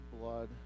blood